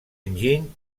enginy